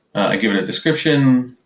i give it a description,